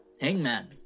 Hangman